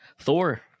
Thor